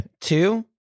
two